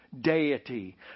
deity